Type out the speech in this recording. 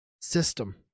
system